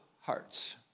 hearts